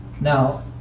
Now